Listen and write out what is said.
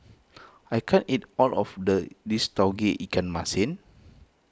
I can't eat all of the this Tauge Ikan Masin